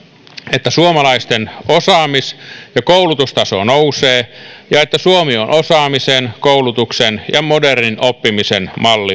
että suomalaisten osaamis ja koulutustaso nousee ja että osaamisen koulutuksen ja modernin oppimisen mallimaa